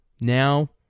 Now